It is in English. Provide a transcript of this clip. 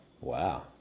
Wow